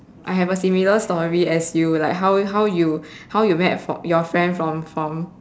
I have a similar story as you like how how you how you met for your friend from from